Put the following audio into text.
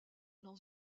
dans